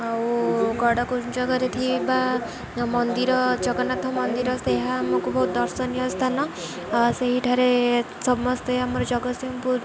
ଆଉ ଗଡ଼କୁଞ୍ଜକରେ ଥିବା ମନ୍ଦିର ଜଗନ୍ନାଥ ମନ୍ଦିର ସେ ଆମକୁ ବହୁତ ଦର୍ଶନୀୟ ସ୍ଥାନ ସେହିଠାରେ ସମସ୍ତେ ଆମର ଜଗତସିଂହପୁର